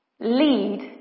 Lead